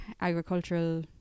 agricultural